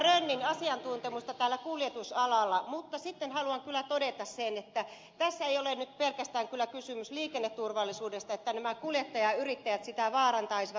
rönnin asiantuntemusta kuljetusalalla mutta sitten haluan kyllä todeta sen että tässä ei ole nyt pelkästään kyllä kysymys liikenneturvallisuudesta tai siitä että nämä kuljettajayrittäjät sitä vaarantaisivat